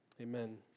amen